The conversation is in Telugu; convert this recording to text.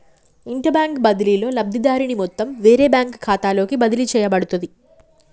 ఇంటర్బ్యాంక్ బదిలీలో, లబ్ధిదారుని మొత్తం వేరే బ్యాంకు ఖాతాలోకి బదిలీ చేయబడుతది